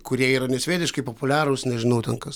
kurie yra nesvietiškai populiarūs nežinau ten kas